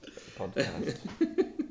podcast